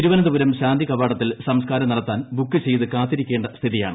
തിരുവന്തപുരം ശാന്തികവാടത്തിൽ സംസ്കാരം നടത്താൻ ബുക്ക് ചെയ്ത് കാത്തിരിക്കേണ്ട സ്ഥിതിയാണ്